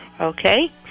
okay